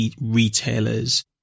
retailers